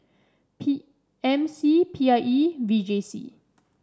P M C P I E V J C